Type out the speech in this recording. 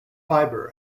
fiber